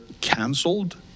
canceled